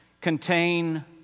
contain